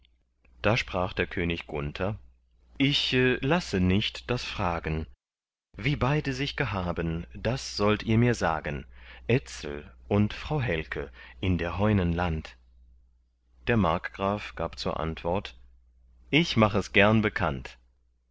da sprach der könig gunther ich lasse nicht das fragen wie beide sich gehaben das sollt ihr mir sagen etzel und frau helke in der heunen land der markgraf gab zur antwort ich mach es gern bekannt